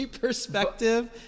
perspective